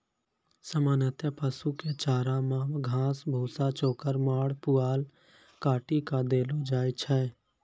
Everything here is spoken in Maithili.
सामान्यतया पशु कॅ चारा मॅ घास, भूसा, चोकर, माड़, पुआल काटी कॅ देलो जाय छै